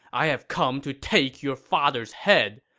i have come to take your father's head,